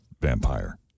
Vampire